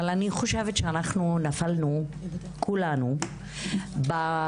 אבל אני חושבת שאנחנו נפלנו כולנו בתוך